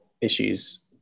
issues